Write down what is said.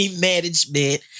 management